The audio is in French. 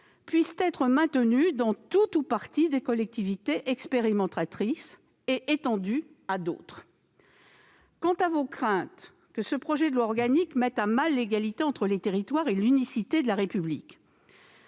puissent être maintenues dans tout ou partie des collectivités expérimentatrices, et étendues à d'autres. Quant à vos craintes que ce projet de loi organique mette à mal l'égalité entre les territoires et l'unicité de la République,